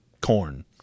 corn